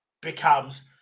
becomes